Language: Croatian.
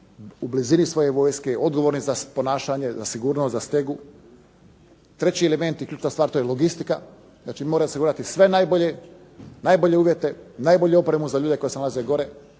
u blizini svoje vojske, odgovorni za ponašanje, za sigurnost, za stegu. Treći element i ključna stvar to je logistika, znači moraj osigurati sve uvjete, najbolju opremu za ljude koji se nalaze gore